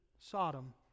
Sodom